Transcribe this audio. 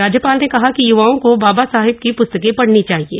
राज्यपाल ने कहा कि यूवाओं को बाबा साहेब की प्स्तकें पढ़नी चाहिये